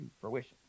fruition